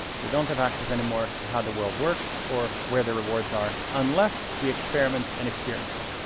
we don't have access anymore to how the world works or where the rewards are, unless we experiment and experience them.